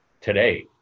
today